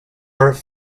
member